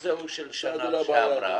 זה של שנה שעברה